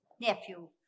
nephew